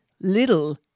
little